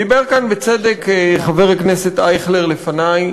דיבר כאן, בצדק, חבר הכנסת אייכלר, לפני,